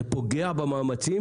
זה פוגע במאמצים